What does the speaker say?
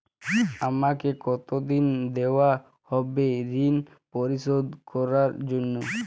আমাকে কতদিন দেওয়া হবে ৠণ পরিশোধ করার জন্য?